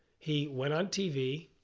he went on tv,